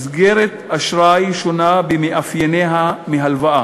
מסגרת אשראי שונה במאפייניה מהלוואה,